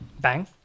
Bang